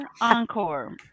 encore